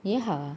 你好